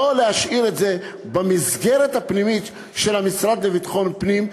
לא להשאיר את זה במסגרת הפנימית של המשרד לביטחון פנים,